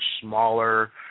smaller